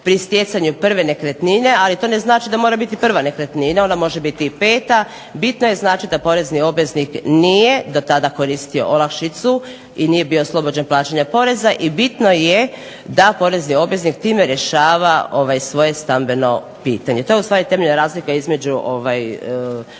pri stjecanju prve nekretnine. Ali, to ne znači da mora biti prva nekretnina, ona može biti i peta, bitno je znači da porezni obveznik nije dotada koristio olakšicu i nije bio oslobođen plaćanja poreza. I bitno je da porezni obveznik time rješava svoje stambeno pitanje. To je ustvari temeljna razlika između olakšice